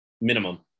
minimum